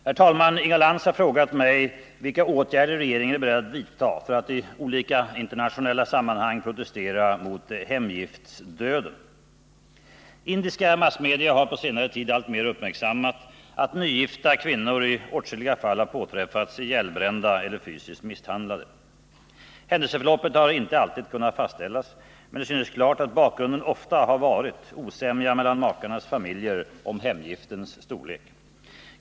Herr talman! Inga Lantz har frågat mig vilka åtgärder regeringen är beredd att vidta för att i olika internationella sammanhang protestera mot ”hemgiftsdöden”. Indiska massmedia har på senare tid alltmer uppmärksammat att nygifta kvinnor i åtskilliga fall har påträffats ihjälbrända eller fysiskt misshandlade. Händelseförloppet har inte alltid kunnat fastställas, men det synes klart att bakgrunden ofta har varit osämja mellan makarnas familjer om hemgiftens storlek.